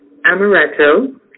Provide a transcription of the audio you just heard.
Amaretto